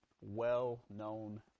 well-known